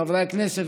חברי הכנסת,